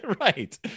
Right